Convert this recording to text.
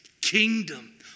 kingdom